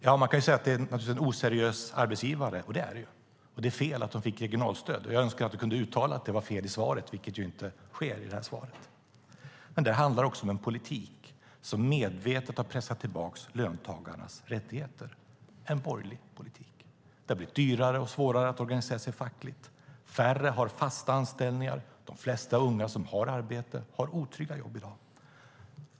Ja, man kan naturligtvis säga att det är en oseriös arbetsgivare. Det är det ju. Och det är fel att de fick regionalstöd. Jag önskar att du i svaret hade kunnat uttala att det var fel, vilket inte har skett. Det handlar också om en politik som medvetet har pressat tillbaka löntagarnas rättigheter, en borgerlig politik. Det har blivit dyrare och svårare att organisera sig fackligt. Färre har fasta anställningar. De flesta unga som har arbete har otrygga jobb i dag.